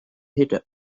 hitter